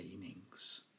meanings